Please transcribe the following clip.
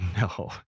No